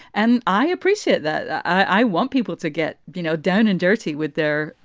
and i appreciate that. i want people to get, you know, down and dirty with their,